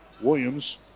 Williams